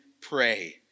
pray